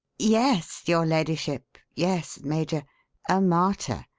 yes, your ladyship yes, major a martyr.